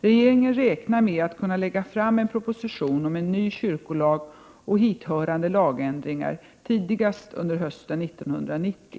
Regeringen räknar med att kunna lägga fram en proposition om en ny kyrkolag och hithörande lagändringar tidigast under hösten 1990.